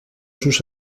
sus